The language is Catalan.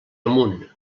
amunt